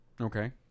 Okay